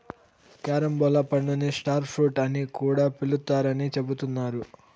carambola పండుని star fruit అని కూడా పిలుత్తారని చెబుతున్నారు